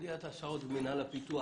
סוגיית הסעות ומינהל הפיתוח,